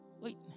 Wait